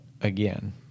again